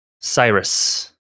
Cyrus